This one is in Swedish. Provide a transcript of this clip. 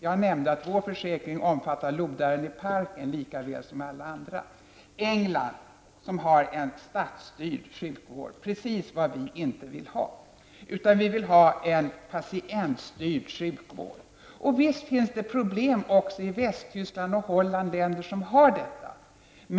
Jag nämnde att vår försäkring omfattar lodaren i parken likaväl som alla andra. I England har man en statsstyrd sjukvård, vilket är just det som vi inte vill ha, utan vi vill ha en patientstyrd sjukvård. Visst finns det problem även i det dåvarande Västtyskland och i Holland, dvs. länder som har detta system.